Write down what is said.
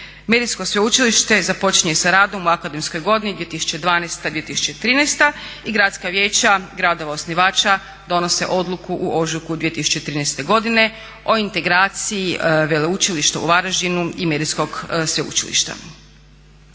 Medijsko sveučilište započinje sa radom u akademskoj godini 2012./2013. i gradska vijeća gradova osnivača donose odluku u ožujku 2013. godine o integraciji veleučilišta u Varaždinu i medijskog sveučilišta.